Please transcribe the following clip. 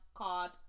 Called